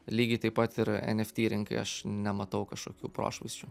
lygiai taip pat ir eft rinkai aš nematau kažkokių prošvaisčių